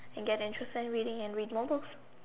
and get interested in reading and read more books